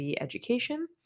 education